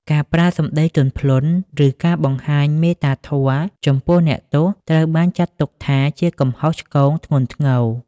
ការប្រើសម្ដីទន់ភ្លន់ ឬការបង្ហាញមេត្តាធម៌ចំពោះអ្នកទោស ត្រូវបានចាត់ទុកថាជាកំហុសឆ្គងធ្ងន់ធ្ងរ។